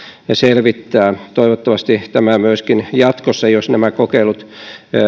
selvittää toivottavasti tätä jatkossa jos nämä kokeilut